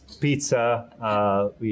pizza